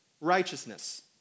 righteousness